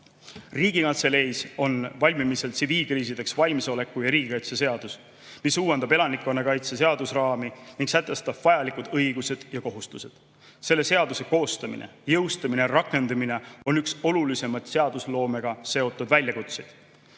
Riigikantseleis on valmimisel tsiviilkriisideks valmisoleku ja riigikaitse seadus, mis uuendab elanikkonnakaitse seadusraami ning sätestab vajalikud õigused ja kohustused. Selle seaduse koostamine, jõustamine ja rakendamine on üks olulisemaid seadusloomega seotud väljakutseid.